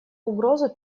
угрозу